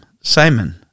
Simon